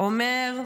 אומר: